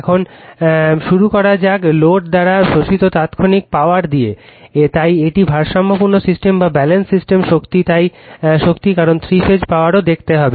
এখন শুরু করা যাক লোড দ্বারা শোষিত তাৎক্ষণিক পাওয়ার দিয়ে তাই একটি ভারসাম্যপূর্ণ সিস্টেমে শক্তি তাই শক্তি কারণ থ্রি ফেজ পাওয়ারও দেখতে হবে